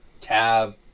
tab